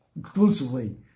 exclusively